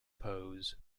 pose